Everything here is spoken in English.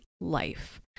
life